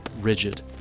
rigid